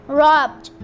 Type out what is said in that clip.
robbed